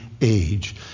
age